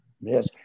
Yes